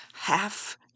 half